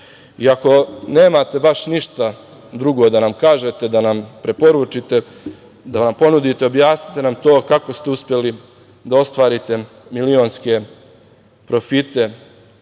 nemate baš ništa drugo da nam kažete, da nam preporučite, da nam ponudite, objasnite nam to kako ste uspeli da ostvarite milionske profite